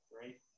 right